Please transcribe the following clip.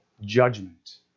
judgment